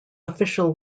official